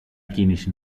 κίνηση